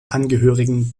angehörigen